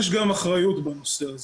יש גם אחריות בנושא הזה.